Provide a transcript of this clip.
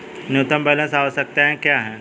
न्यूनतम बैलेंस आवश्यकताएं क्या हैं?